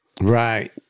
Right